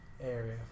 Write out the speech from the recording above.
area